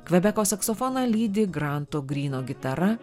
kvebeko saksofoną lydi granto gryno gitara